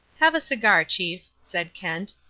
have a cigar, chief, said kent,